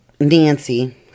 Nancy